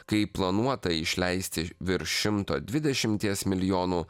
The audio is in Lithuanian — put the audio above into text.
kai planuota išleisti virš šimto dvidešimties milijonų